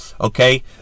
Okay